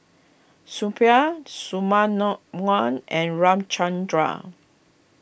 Suppiah Shunmunoone and Ramchundra